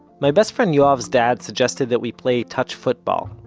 my best friend yoav's dad suggested that we play touch football.